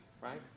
right